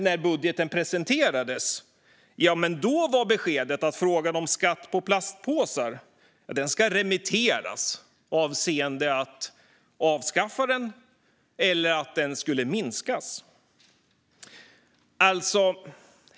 När budgeten presenterades var beskedet dock att frågan om skatt på plastpåsar ska remitteras avseende att avskaffa eller minska skatten.